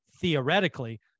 theoretically